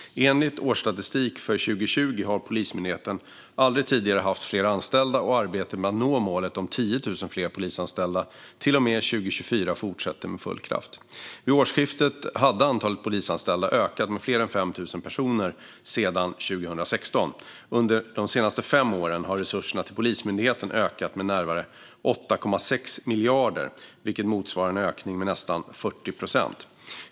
Enligt årsstatistik för 2020 har Polismyndigheten aldrig tidigare haft fler anställda, och arbetet med att nå målet om 10 000 fler polisanställda till och med 2024 fortsätter med full kraft. Vid årsskiftet hade antalet polisanställda ökat med fler än 5 000 personer sedan 2016. Under de senaste fem åren har resurserna till Polismyndigheten ökat med närmare 8,6 miljarder, vilket motsvarar en ökning med nästan 40 procent.